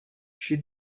she